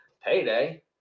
payday